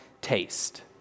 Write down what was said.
taste